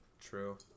True